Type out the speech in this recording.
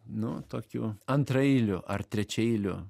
nu tokiu antraeiliu ar trečiaeiliu